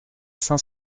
saint